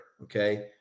okay